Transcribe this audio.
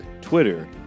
Twitter